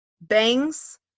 bangs